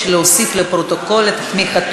העורכת רפורמה מקיפה